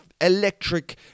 electric